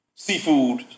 seafood